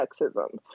sexism